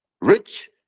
rich